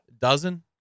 dozen